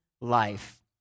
life